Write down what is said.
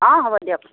অঁ হ'ব দিয়ক